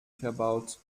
verbaut